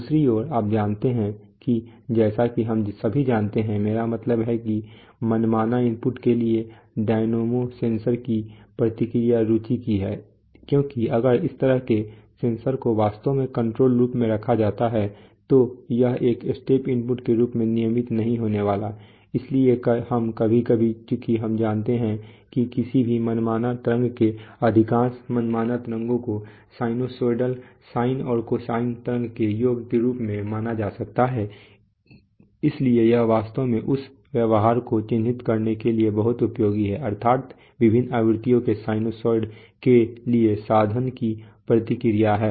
दूसरी ओर आप जानते हैं कि जैसा कि हम सभी जानते हैं मेरा मतलब है कि मनमाना इनपुट के लिए डायनेमिक सेंसर की प्रतिक्रिया रुचि की है क्योंकि अगर इस तरह के सेंसर को वास्तव में कंट्रोल लूप में रखा जाता है तो यह एक स्टेप इनपुट के रूप में नियमित नहीं होने वाला है इसलिए हम कभी कभी चूंकि हम जानते हैं कि किसी भी मनमाना तरंग के अधिकांश मनमाना तरंगों को साइनसोइड्स साइन और कोसाइन तरंगों के योग के रूप में माना जा सकता है इसलिए यह वास्तव में उस व्यवहार को चिह्नित करने के लिए बहुत उपयोगी है अर्थात विभिन्न आवृत्तियों के साइनसॉइड के लिए साधन की प्रतिक्रिया है